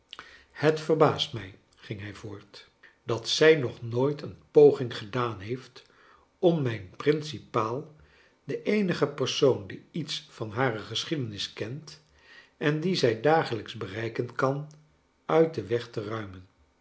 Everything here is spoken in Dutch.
het verbaast mij ging hij voort at zij nog nooit een poging gedaan heeft om mijn principaal de eenige persoon die iets van hare geschiedenis kent en dien zij dagelijks bereiken kan uit den weg te ruimen